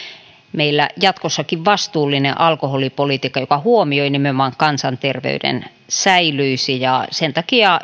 meillä säilyisi jatkossakin vastuullinen alkoholipolitiikka joka huomioi nimenomaan kansanterveyden ja sen takia